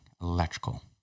electrical